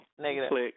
Negative